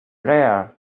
there